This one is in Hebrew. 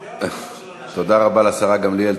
תודה רבה לשרה גמליאל,